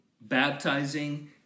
baptizing